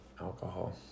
alcohol